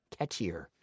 catchier